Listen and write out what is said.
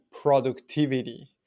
productivity